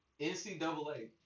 NCAA